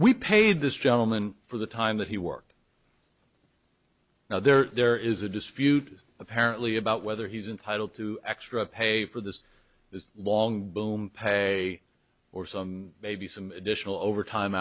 we paid this gentleman for the time that he worked now there is a dispute apparently about whether he's entitled to extra pay for this this long boom pay or some maybe some additional overtime